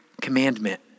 Commandment